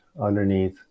underneath